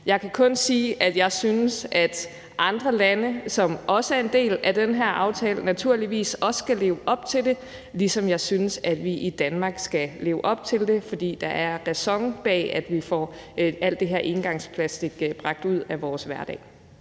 Jeg kan kun sige, at jeg synes, at andre lande, som også er en del af den her aftale, naturligvis også skal leve op til det, ligesom jeg synes, at vi i Danmark skal leve op til det. For der er ræson bag, at vi får alt det her engangsplastik bragt ud af vores hverdag.